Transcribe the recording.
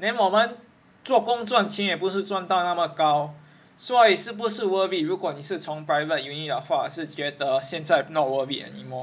then 我们做工赚钱也不是赚到那么高所以是不是 worth it 如果你是从 private uni 的话是觉得现在 not worth it anymore